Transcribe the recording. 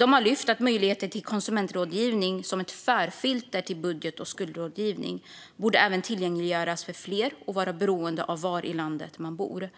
Man har även lyft att möjligheten till konsumentrådgivning som ett förfilter till budget och skuldrådgivning borde tillgängliggöras för fler, oberoende av var i landet man bor.